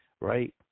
Right